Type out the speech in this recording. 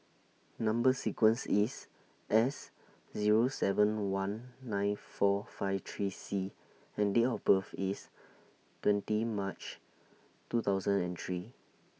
Number sequence IS S Zero seven one nine four five three C and Date of birth IS twenty March two thousand and three